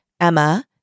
Emma